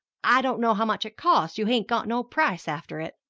i don't know how much it costs you hain't got no price after it.